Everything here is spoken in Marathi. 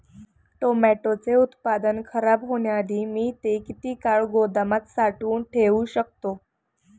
टोमॅटोचे उत्पादन खराब होण्याआधी मी ते किती काळ गोदामात साठवून ठेऊ शकतो?